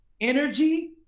energy